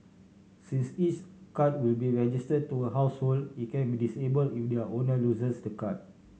since each card will be registered to a household it can be disable if their owner loses the card